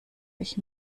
ich